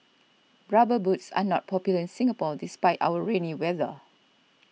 rubber boots are not popular in Singapore despite our rainy weather